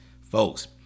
Folks